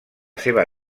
seva